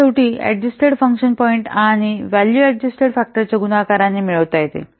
तर शेवटी adjusted function point आणि व्हॅल्यू अडजस्टेड फॅक्टरच्या गुणाकाराने मिळवता येते